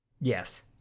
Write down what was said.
Yes